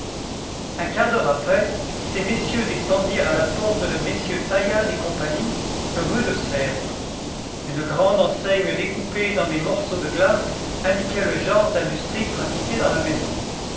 un quart d'heure après ces messieurs descendirent à la porte de jim taillade et c rue de sèvres une grande enseigne découpée dans des morceaux de glace indiquait le genre d'industrie pratiqué dans la maison